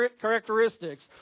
characteristics